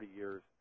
years